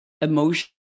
emotion